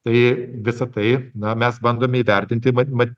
tai visa tai na mes bandome įvertinti vat mat